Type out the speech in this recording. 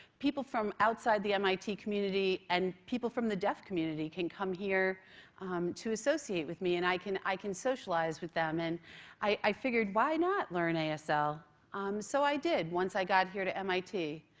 people from outside the mit community and people from the deaf community can come here to associate with me and i can i can socialize with them, and i figured why not learn asl? ah so um so i did once i got here to mit.